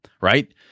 right